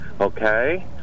Okay